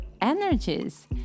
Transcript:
energies